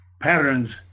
patterns